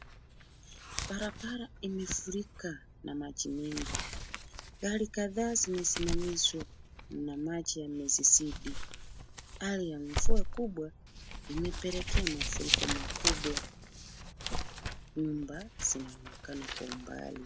Barabara imefurika na maji mengi, gari kadhaa zimesimamizwa na maji yamesizidi. Hali ya mvua kubwa imepelekea mafuriko, makubwa. Nyumba linaonekana kwa umbali.